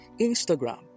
Instagram